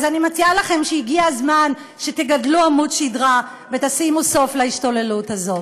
אני מציעה לכם והגיע הזמן שתגדלו עמוד שדרה ותשימו סוף להשתוללות הזאת.